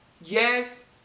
yes